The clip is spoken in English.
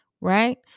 right